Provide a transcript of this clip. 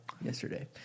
yesterday